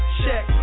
check